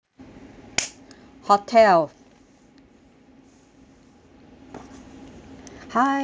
hotel hi